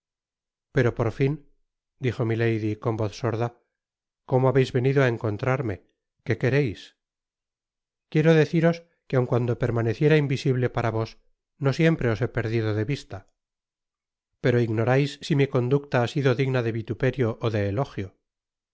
pero por fin dijo milady con voz sorda como habeis venido á encontrarme que quereis quiero deciros que aun cuando permaneciera invisible para vos no siempre os he perdido de vista pero ignorais si mi conducta ha sido digna de vituperio ó de elogio